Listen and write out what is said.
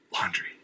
Laundry